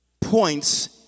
points